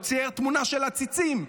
הוא צייר תמונה של עציצים,